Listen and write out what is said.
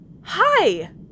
hi